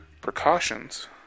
Precautions